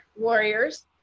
warriors